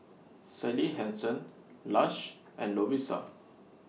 Sally Hansen Lush and Lovisa